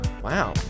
wow